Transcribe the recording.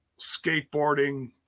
skateboarding